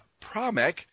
PROMEC